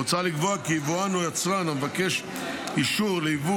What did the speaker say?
מוצע לקבוע כי יבואן או יצרן המבקש אישור ליבוא